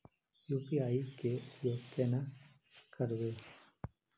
UPI के उपयोग केना करबे?